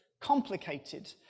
complicated